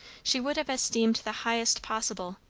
she would have esteemed the highest possible.